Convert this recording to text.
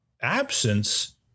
absence